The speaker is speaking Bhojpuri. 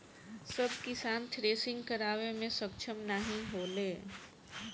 सब किसान थ्रेसिंग करावे मे सक्ष्म नाही होले